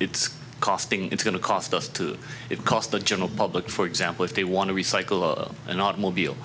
it's costing it's going to cost us to it cost the general public for example if they want to recycle an automobile